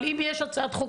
אבל, אם יש הצעת חוק